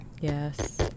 yes